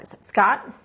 Scott